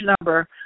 number